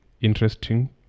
interesting